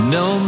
no